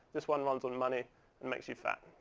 this one runs on money and makes you fat.